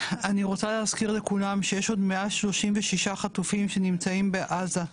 אני רוצה להזכיר לכולם שיש עוד 136 חטופים שנמצאים בעזה,